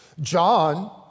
John